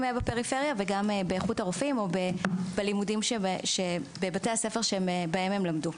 בפריפריה וגם באיכות הרופאים או בבתי הספר לרפואה שבהם הם למדו.